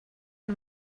and